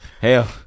Hell